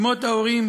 שמות ההורים,